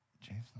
James